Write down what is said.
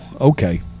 Okay